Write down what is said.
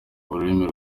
ururimi